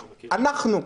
אנחנו,